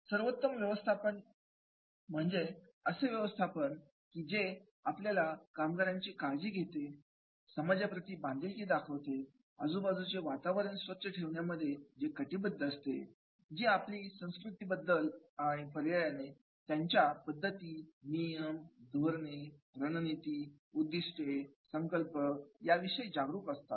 सर्वोत्तम व्यवस्थापन म्हणजे असे व्यवस्थापन की जे आपल्या कामगारांची काळजी घेते समाजाप्रती बांधीलकी दाखवते आजूबाजूचे वातावरण स्वच्छ ठेवण्याविषयी जे कटिबद्ध असते जी आपल्या संस्कृतीबद्दल आणि पर्यायाने त्यांच्या पद्धती नियम धोरणे रणनीती उद्दिष्टे संकल्प याविषयी जागरूक असतात